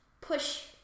push